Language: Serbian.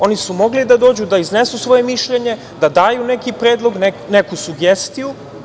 Oni su mogli da dođu da iznesu svoje mišljenje, da daju neki predlog, neku sugestiju.